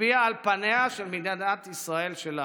משפיע על פניה של מדינת ישראל שלנו.